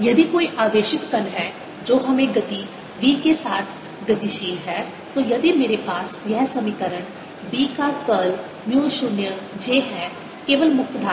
यदि कोई आवेशित कण है जो हमें गति v के साथ गतिशील है तो यदि मेरे पास यह समीकरण B का कर्ल म्यू 0 j है केवल मुक्त धारा